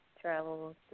travel